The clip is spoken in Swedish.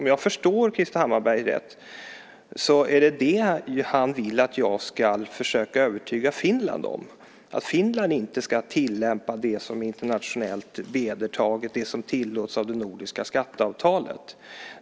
Om jag förstår Krister Hammarbergh rätt så vill han att jag ska försöka övertyga Finland om att Finland inte ska tillämpa det som är internationellt vedertaget och som tillåts av det nordiska skatteavtalet.